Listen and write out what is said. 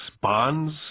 bonds